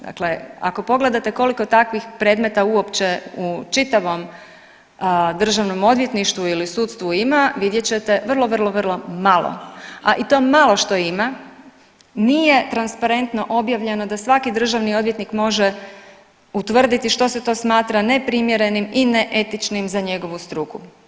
Dakle, ako pogledate koliko takvih predmeta uopće u čitavom državnom odvjetništvu ili sudstvu ima vidjet ćete vrlo, vrlo, vrlo malo, a i to malo što ima nije transparentno objavljeno da svaki državni odvjetnik može utvrditi što se to smatra neprimjerenim i ne etičnim za njegovu struku.